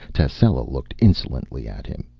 tascela looked insolently at him,